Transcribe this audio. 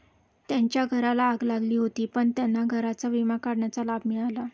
त्यांच्या घराला आग लागली होती पण त्यांना घराचा विमा काढण्याचा लाभ मिळाला